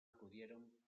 acudieron